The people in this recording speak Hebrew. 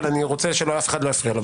אבל אני רוצה שאף אחד לא יפריע לו.